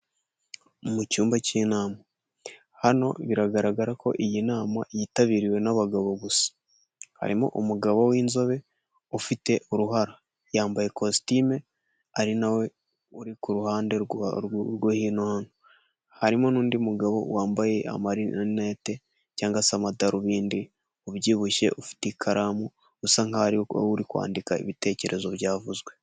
Mu cyumba cy'inama hano biragaragara ko iyi nama yitabiriwe n'abagabo gusa, harimo umugabo w'inzobe ufite uruhara yambaye kositime ari nawe uri ku ruhande rw' harimo n'undi mugabo wambaye amalinete cyangwa se amadarubindi ubyibushye ufite ikaramu usa nk'aho ariwe uri kwandika ibitekerezo byavuzwe.